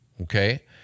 okay